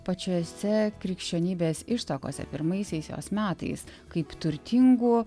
pačiose krikščionybės ištakose pirmaisiais jos metais kaip turtingų